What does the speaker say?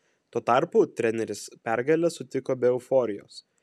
tuo tarpu treneris pergalę sutiko be euforijos